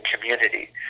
community